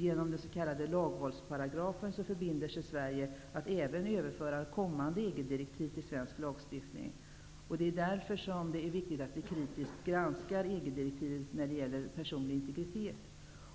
Genom den s.k. lagvalsparagrafen förbinder sig Sverige att överföra även kommande EG-direktiv till svensk lagstiftning. Det är därför viktigt att kritiskt granska EG:s direktiv angående personlig integritet.